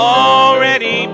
already